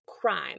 crime